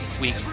week